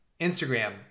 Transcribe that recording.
Instagram